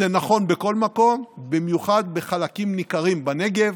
זה נכון בכל מקום, במיוחד בחלקים ניכרים בנגב